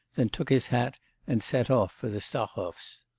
then took his hat and set off for the stahovs.